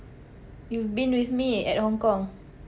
you've been with me at Hong Kong